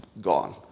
gone